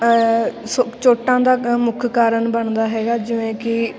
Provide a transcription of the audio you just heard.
ਸ ਚੋਟਾਂ ਦਾ ਕ ਮੁੱਖ ਕਾਰਨ ਬਣਦਾ ਹੈਗਾ ਜਿਵੇਂ ਕਿ